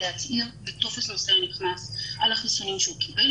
להצהיר בטופס נוסע נכנס על החיסונים שהוא קיבל,